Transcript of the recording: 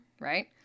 right